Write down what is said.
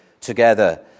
together